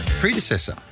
Predecessor